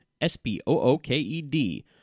S-P-O-O-K-E-D